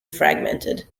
fragmented